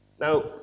Now